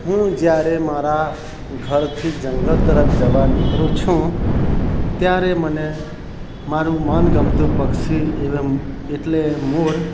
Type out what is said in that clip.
હું જ્યારે મારા ઘરથી જંગલ તરફ જવા નીકળું છું ત્યારે મને મારું મનગમતું પક્ષી એટલે મોર